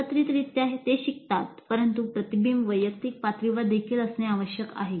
एकत्रितरित्या ते शिकतात परंतु प्रतिबिंब वैयक्तिक पातळीवर देखील असणे आवश्यक आहे